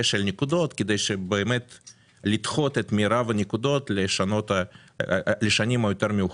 של הנקודות כדי לדחות את מרב הנקודות לשנים יותר מאוחרות.